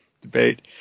debate